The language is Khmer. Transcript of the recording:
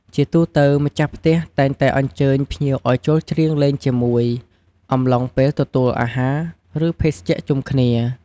ជាទូទៅ ម្ចាស់ផ្ទះតែងតែអញ្ជើញភ្ញៀវឱ្យច្រៀងលេងជាមួយគ្នា អំឡុងពេលទទួលអាហារ ឬ ភេសជ្ជៈជុំគ្នា។